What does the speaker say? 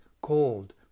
cold